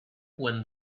when